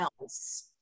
else